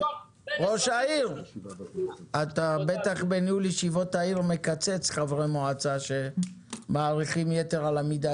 אתה בטח בניהול ישיבות העיר מקצץ חברי מועצה שמאריכים יתר על המידה.